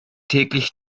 täglich